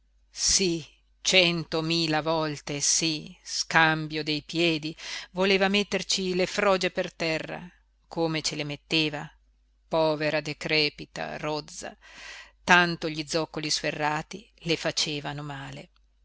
sí centomila volte sí scambio dei piedi voleva metterci le froge per terra come ce le metteva povera decrepita rozza tanto gli zoccoli sferrati le facevano male